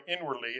inwardly